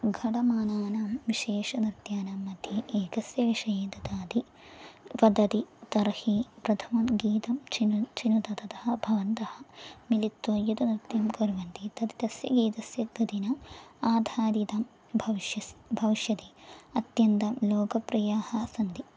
घटमानानां विशेषनृत्यानां मध्ये एकस्य विषये ददाति वदति तर्हि प्रथमं गीतं चिनु चिनु ततः भवन्तः मिलित्वा यत् नृत्यं कुर्वन्ति तत् तस्य गीतस्य त्वदिनम् आधारितं भविष्यसि भविष्यति अत्यन्तं लोकप्रियाः सन्ति